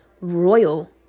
royal